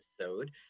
episode